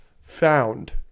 found